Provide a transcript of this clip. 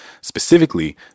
specifically